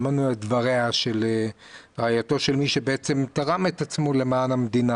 שמענו את דבריה של רעייתו של מי שבעצם תרם את עצמו למען המדינה